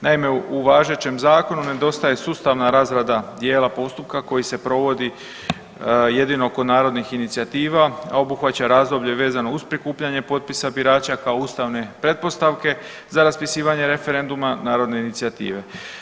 Naime, u važećem Zakonu nedostaje sustavna razrada dijela postupka koji se provodi jedino kod narodnih inicijativa, a obuhvaća razdoblje vezano uz prikupljanje potpisa birača, kao ustavne pretpostavke za raspisivanje referenduma narodne inicijative.